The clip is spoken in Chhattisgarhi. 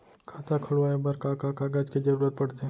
खाता खोलवाये बर का का कागज के जरूरत पड़थे?